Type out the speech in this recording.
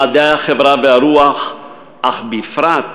במדעי החברה והרוח, אך בפרט,